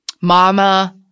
Mama –